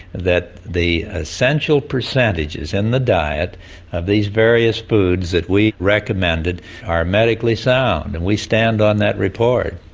that the essential percentages in the diet of these various foods that we recommended are medically sound, and we stand on that report.